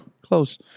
Close